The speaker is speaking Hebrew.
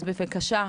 אז בבקשה,